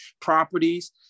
properties